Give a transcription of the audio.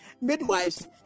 Midwives